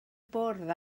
bwrdd